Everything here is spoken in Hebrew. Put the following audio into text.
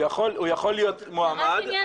הוא יכול להיות מועמד,